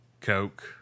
Coke